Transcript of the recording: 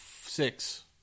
six